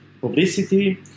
publicity